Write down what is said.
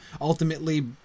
ultimately